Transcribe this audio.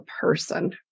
person